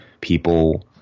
people